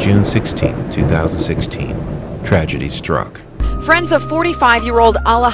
june sixteenth two thousand and sixteen tragedy struck friends of forty five year old are